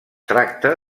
tracta